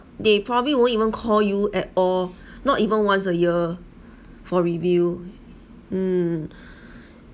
they probably won't even call you at all not even once a year for review mm